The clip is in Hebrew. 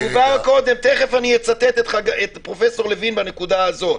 תכף אני אצטט את פרופ' לוין בנקודה הזאת.